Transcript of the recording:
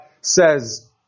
says